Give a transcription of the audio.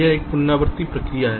यह एक पुनरावृत्ति प्रक्रिया होगी